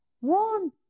One